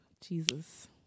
Jesus